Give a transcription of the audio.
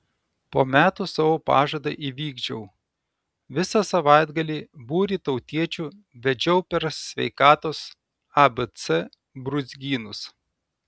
po metų savo pažadą įvykdžiau visą savaitgalį būrį tautiečių vedžiau per sveikatos abc brūzgynus